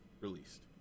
released